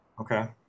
Okay